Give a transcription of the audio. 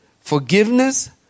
Forgiveness